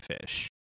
Fish